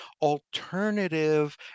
alternative